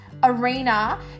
arena